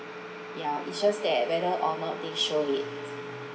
just that whether or not they show it